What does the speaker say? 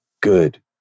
good